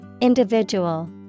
Individual